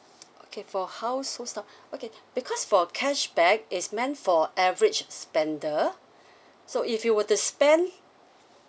okay for how so st~ okay because for cashback it's meant for average spender so if you were to spend